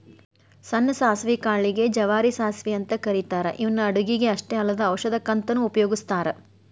ಸಣ್ಣ ಸಾಸವಿ ಕಾಳಿಗೆ ಗೆ ಜವಾರಿ ಸಾಸವಿ ಅಂತ ಕರೇತಾರ ಇವನ್ನ ಅಡುಗಿಗೆ ಅಷ್ಟ ಅಲ್ಲದ ಔಷಧಕ್ಕಂತನು ಉಪಯೋಗಸ್ತಾರ